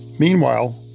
Meanwhile